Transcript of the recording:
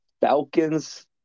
Falcons